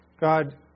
God